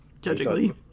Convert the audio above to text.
Judgingly